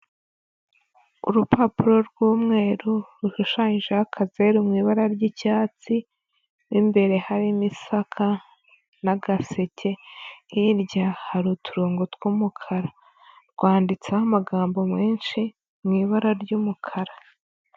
Urupapuro rw'umweru rushushanyijeho akazeru mu ibara ry'icyatsi, mo imbere harimo isaka n'agaseke, hirya hari uturongo tw'umukara, rwanditseho amagambo menshi mu ibara ry'umukara.